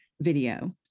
video